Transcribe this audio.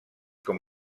com